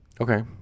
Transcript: Okay